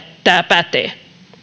tämä pätee